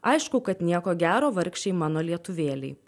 aišku kad nieko gero vargšei mano lietuvėlei